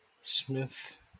Smith